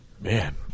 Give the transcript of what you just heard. Man